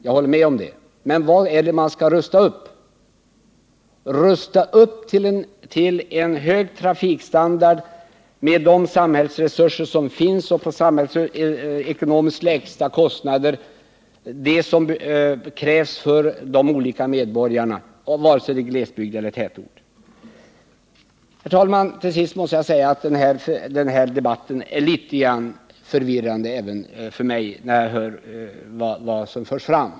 Det håller jag med om. Men vad är det då man skall rusta upp? Jo, man skall med tillgängliga resurser rusta upp för att få en god trafikstandard som tillgodoser alla medborgare, vare sig det gäller glesbygd eller tätort, och man skall göra detta till kostnader som är samhällsekonomiskt försvarbara. Till sist: Jag måste säga, herr talman, att den här debatten är något förvirrande också för mig när jag hör vad som här förs fram.